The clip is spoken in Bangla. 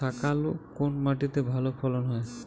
শাকালু কোন মাটিতে ভালো ফলন হয়?